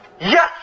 yes